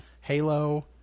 Halo